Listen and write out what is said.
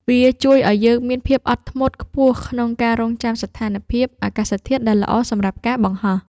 វាជួយឱ្យយើងមានភាពអត់ធ្មត់ខ្ពស់ក្នុងការរង់ចាំស្ថានភាពអាកាសធាតុដែលល្អសម្រាប់ការបង្ហោះ។